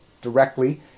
directly